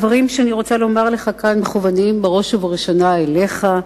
הדברים שאני רוצה לומר לך כאן מכוונים בראש ובראשונה אליך,